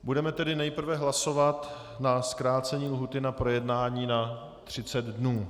Budeme tedy nejprve hlasovat o zkrácení lhůty na projednání na 30 dnů.